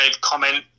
comment